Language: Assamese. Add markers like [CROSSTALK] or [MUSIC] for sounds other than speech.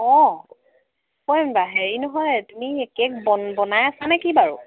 অঁ [UNINTELLIGIBLE] হেৰি নহয় তুমি কেক বন বনাই আছা নেকি বাৰু